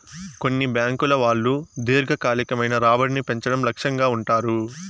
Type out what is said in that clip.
కొన్ని బ్యాంకుల వాళ్ళు దీర్ఘకాలికమైన రాబడిని పెంచడం లక్ష్యంగా ఉంటారు